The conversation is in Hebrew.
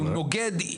שהוא נוגד,